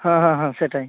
হাঁ হাঁ হাঁ সেটাই